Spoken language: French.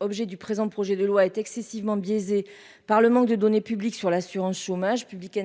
objet du présent projet de loi est excessivement par le manque de données publiques sur l'assurance chômage public